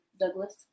Douglas